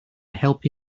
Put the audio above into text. helpu